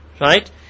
right